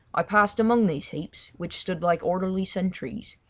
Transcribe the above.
i passed amongst these heaps, which stood like orderly sentries,